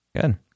Good